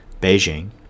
Beijing